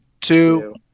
two